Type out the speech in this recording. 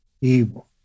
evil